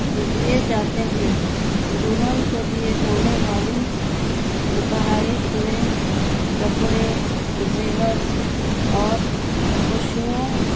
دیے جاتے ہیں دلہن کو دیے جانے والے تحائف میں کپڑے زیور اور خوشیوں